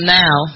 now